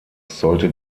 sollte